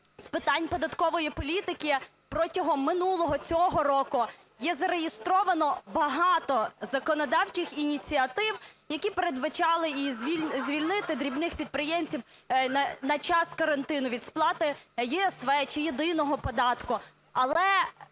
з питань податкової політики протягом минулого, цього року є зареєстровано багато законодавчих ініціатив, які передбачали і звільнити дрібних підприємців на час карантину від сплати ЄСВ чи єдиного податку,